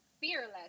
fearless